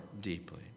deeply